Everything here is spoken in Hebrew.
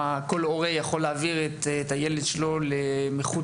כל הורה יכול להעביר את הילד שלו מחוץ